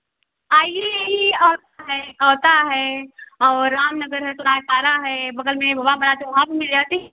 आइए आइए आप औता हैं और रामनगर है तो रायतारा है बग़ल में ओवाबारात वहाँ भी मिल जाती